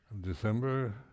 December